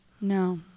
No